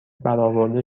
برآورده